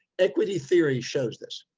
equity theory shows this.